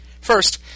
First